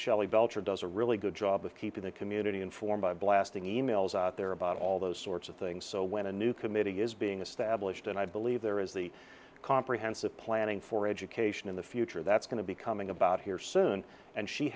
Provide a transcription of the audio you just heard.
shelley belcher does a really good job of keeping the community informed by blasting e mails out there about all those sorts of things so when a new committee is being established and i believe there is the comprehensive planning for education in the future that's going to be coming about here soon and she